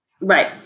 Right